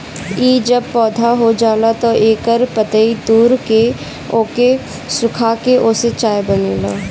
इ जब पौधा हो जाला तअ एकर पतइ तूर के ओके सुखा के ओसे चाय बनेला